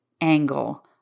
angle